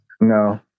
no